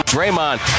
Draymond